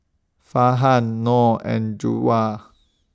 Farhan Noh and